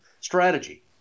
strategy